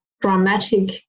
dramatic